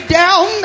down